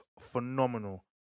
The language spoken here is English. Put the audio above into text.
phenomenal